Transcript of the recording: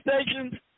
stations